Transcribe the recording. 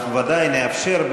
אנחנו ודאי נאפשר,